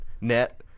net